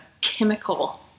chemical